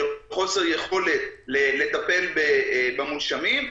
של חוסר יכולת לטפל במונשמים.